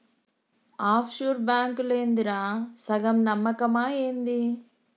of sure బాంకులేందిరా, సగం నమ్మకమా ఏంది